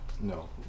No